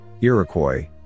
Iroquois